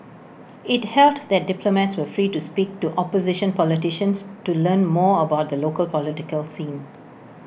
IT held that diplomats were free to speak to opposition politicians to learn more about the local political scene